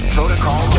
Protocol